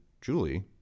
Julie